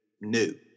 new